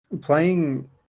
playing